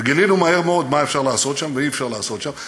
וגילינו מהר מאוד מה אפשר לעשות שם ואי-אפשר לעשות שם,